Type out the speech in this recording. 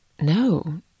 No